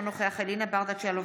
אינו נוכח אלינה ברדץ' יאלוב,